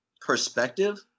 perspective